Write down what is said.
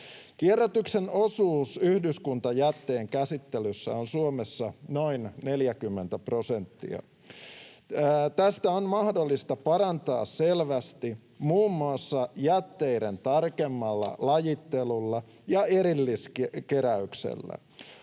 Kierrätyksen osuus yhdyskuntajätteen käsittelyssä on Suomessa noin 40 prosenttia. Tästä on mahdollista parantaa selvästi muun muassa jätteiden tarkemmalla lajittelulla ja erilliskeräyksellä.